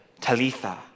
Talitha